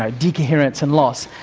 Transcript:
um decoherence and loss.